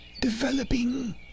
developing